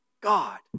God